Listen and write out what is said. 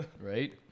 Right